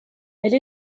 elle